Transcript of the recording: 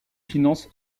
finances